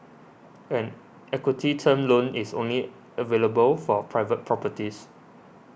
an equity term loan is only available for private properties